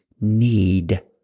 need